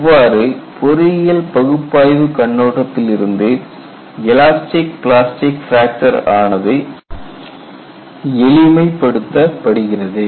இவ்வாறு பொறியியல் பகுப்பாய்வுக் கண்ணோட்டத்திலிருந்து எலாஸ்டிக் பிளாஸ்டிக் பிராக்சர் ஆனது எளிமைப்படுத்தப்படுகிறது